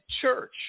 church